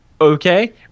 okay